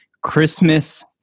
Christmas